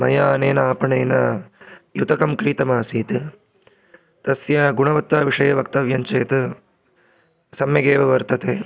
मया अनेन आपणेन युतकं क्रीतमासीत् तस्य गुणवत्ताविषये वक्तव्यं चेत् सम्यगेव वर्तते